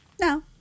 no